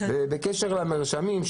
בקשר למרשמים,